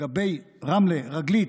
לגבי רמלה, רגלית,